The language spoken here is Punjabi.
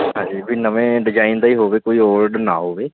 ਹਾਂਜੀ ਵੀ ਨਵੇਂ ਡਿਜ਼ਾਈਨ ਦਾ ਹੀ ਹੋਵੇ ਕੋਈ ਓਲਡ ਨਾ ਹੋਵੇ